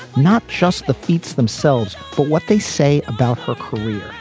not just the feats themselves, but what they say about her career.